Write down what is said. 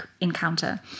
encounter